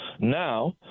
Now